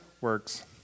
works